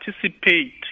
participate